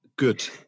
Good